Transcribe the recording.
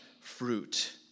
fruit